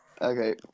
Okay